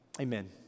Amen